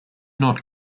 not